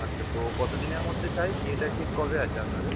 আচ্ছা তো কত দিনের মধ্যে চাই বিয়েটা ঠিক কবে আছে আপনাদের